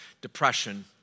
depression